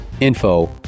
info